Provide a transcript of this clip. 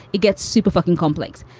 it gets super fucking complex.